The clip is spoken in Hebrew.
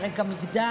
על רקע מגדר,